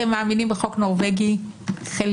אתם מאמינים בחוק נורבגי חלקי?